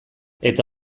eta